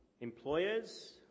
employers